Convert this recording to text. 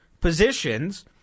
positions